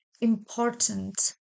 important